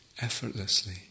effortlessly